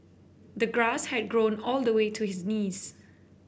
the grass had grown all the way to his knees